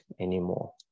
anymore